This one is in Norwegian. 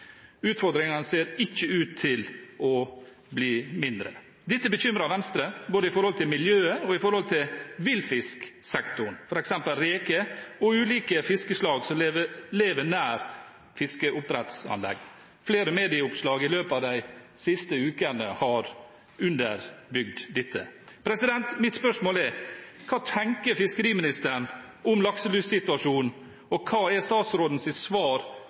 Utfordringene ser ikke ut til å bli mindre. Dette bekymrer Venstre når det gjelder både miljøet og villfisksektoren, f.eks. reker og ulike fiskeslag som lever nær fiskeoppdrettsanlegg. Flere medieoppslag i løpet av de siste ukene har underbygd dette. Mitt spørsmål er: Hva tenker fiskeriministeren om lakselussituasjonen, og hva er statsrådens svar